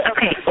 Okay